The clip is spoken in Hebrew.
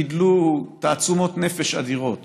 גילו תעצומות נפש אדירות